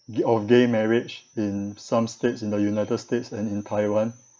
of gay marriage in some states in the united states and in taiwan